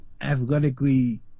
athletically